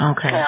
Okay